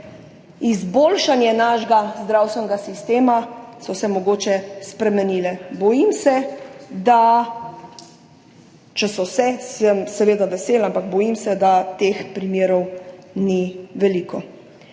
izboljšanje našega zdravstvenega sistema, so se mogoče spremenile. Če so se, sem seveda vesela, ampak bojim se, da teh primerov ni veliko.